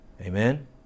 Amen